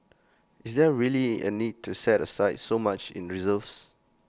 is there really A need to set aside so much in reserves